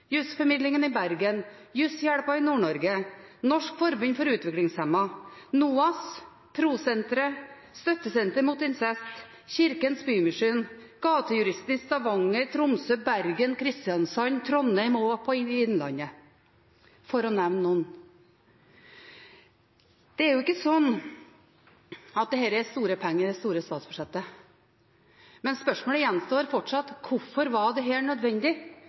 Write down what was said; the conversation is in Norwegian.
Jussformidlingen i Bergen, Jusshjelpa i Nord-Norge, Norsk Forbund for Utviklingshemmede, NOAS, Pro Sentret, Støttesenter mot Incest, Kirkens Bymisjon, Gatejuristen i Stavanger, Tromsø, Bergen, Kristiansand, Trondheim og Innlandet, for å nevne noen. Det er jo ikke sånn at dette er store penger i det store statsbudsjettet, men spørsmålet gjenstår fortsatt: Hvorfor var dette nødvendig,